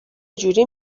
جوری